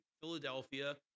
Philadelphia